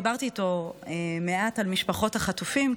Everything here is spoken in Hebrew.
דיברתי איתו מעט על משפחות החטופים,